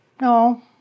No